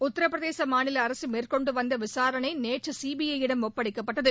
உத்திரபிரதேச மாநில அரசு மேற்கொண்டு வந்த விசாரணை நேற்று சிபிஐ யிடம் ஒப்படைக்கப்பட்டது